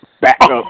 backup